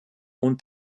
und